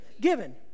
given